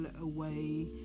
away